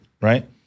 right